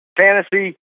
fantasy